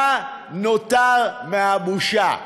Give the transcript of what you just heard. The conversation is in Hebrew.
מה נותר מהבושה?